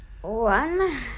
One